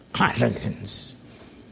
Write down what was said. arrogance